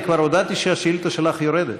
כבר הודעתי שהשאילתה שלך יורדת.